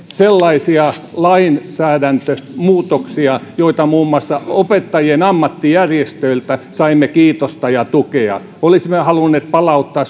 sellaisia lainsäädäntömuutoksia joista muun muassa opettajien ammattijärjestöltä saimme kiitosta ja tukea olisimme halunneet palauttaa